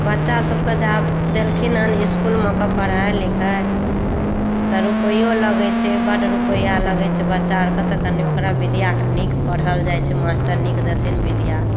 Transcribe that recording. आ बच्चा सभकेँ जब देलखिन हँ इसकुल मे कऽ पढ़ाई लिखाई तऽ रुपैओ लगै छै बड रुपैआ लगै छै बच्चा आरकेँ तऽ कनि ओकरा विद्याके नीक पढ़ाओल जाइ छै मास्टर नीक देथिन विद्या